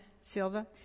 Silva